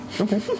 Okay